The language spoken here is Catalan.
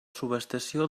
subestació